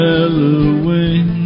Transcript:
Halloween